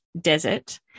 desert